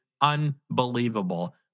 unbelievable